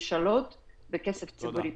ממשלות שילמו על זה בכסף ציבורי.